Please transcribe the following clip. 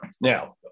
Now